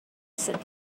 said